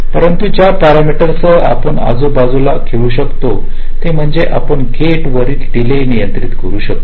परंतु ज्या पॅरामीटर्ससह आपण आजूबाजूला खेळू शकतो ते म्हणजे आपण गेट वरील डीले नियंत्रित करू शकतो